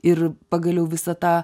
ir pagaliau visata